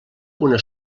una